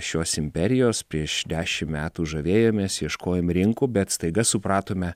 šios imperijos prieš dešim metų žavėjomės ieškojom rinkų bet staiga supratome